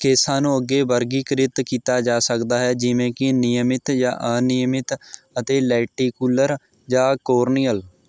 ਕੇਸਾਂ ਨੂੰ ਅੱਗੇ ਵਰਗੀਕ੍ਰਿਤ ਕੀਤਾ ਜਾ ਸਕਦਾ ਹੈ ਜਿਵੇਂ ਕਿ ਨਿਯਮਿਤ ਜਾਂ ਅਨਿਯਮਿਤ ਅਤੇ ਲੈਟੀਕੂਲਰ ਜਾਂ ਕੋਰਨੀਅਲ